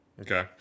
Okay